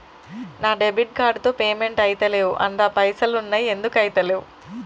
నా debit card తో payment ఐతలేవ్ అండ్ల పైసల్ ఉన్నయి ఎందుకు ఐతలేవ్?